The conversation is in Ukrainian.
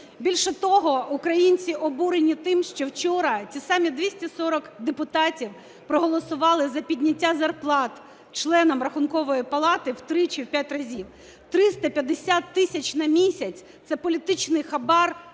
Більше того, українці обурені тим, що вчора ті самі 240 депутатів проголосували за підняття зарплат членам Рахункової палати в три чи в п'ять разів. 350 тисяч на місяць – це політичний хабар